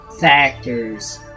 factors